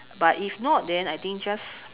but if not then I think just